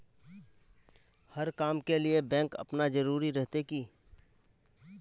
हर काम के लिए बैंक आना जरूरी रहते की?